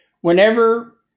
whenever